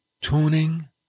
tuning